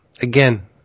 Again